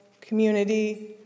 community